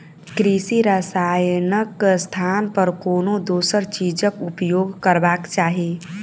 कृषि रसायनक स्थान पर कोनो दोसर चीजक उपयोग करबाक चाही